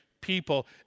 people